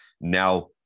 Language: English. now-